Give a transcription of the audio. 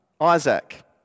Isaac